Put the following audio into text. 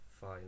fine